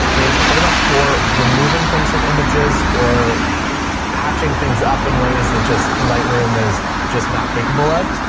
is pretty much for removing things from images or patching things up in ways that just light room is just not capable of.